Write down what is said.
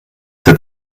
der